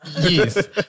yes